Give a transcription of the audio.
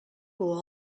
por